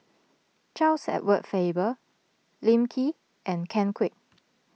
Charles Edward Faber Lim Kee and Ken Kwek